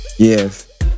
yes